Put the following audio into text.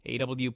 AW